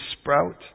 sprout